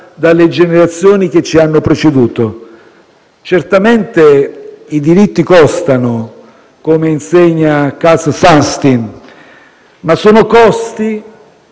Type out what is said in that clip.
dalle generazioni che ci hanno preceduto. Certamente i diritti costano - come insegna Cass Sunstein - ma sono costi